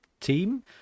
team